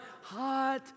Hot